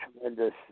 tremendous